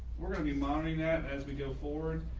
we're going to be monitoring that as we go forward.